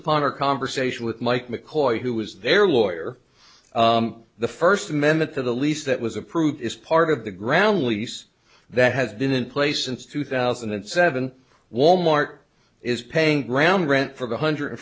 upon our conversation with mike mccoy who was their lawyer the first amendment to the lease that was approved is part of the ground lease that has been in place since two thousand and seven wal mart is paying ground rent for a one hundred